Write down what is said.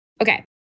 Okay